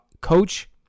coach